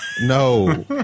No